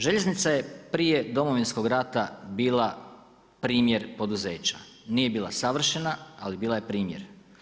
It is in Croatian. Željeznica je prije Domovinskog rata bila primjer poduzeća, nije bila savršena, ali bila je primjer.